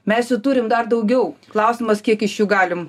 mes jų turim dar daugiau klausimas kiek iš jų galim